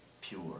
pure